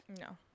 no